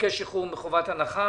תבקש שחרור מחובת הנחה